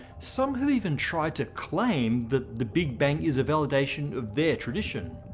some have even tried to claim that the big bang is a validation of their tradition.